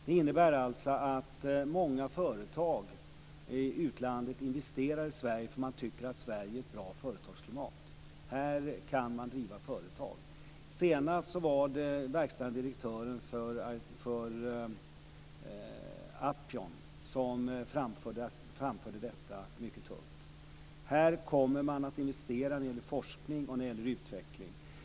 Det innebär att många företag i utlandet investerar i Sverige, eftersom man tycker att Sverige har ett bra företagsklimat. Här kan man driva företag. Senast var det verkställande direktören för Upjohn som framförde detta. Här kommer man att investera när det gäller forskning och utveckling.